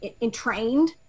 entrained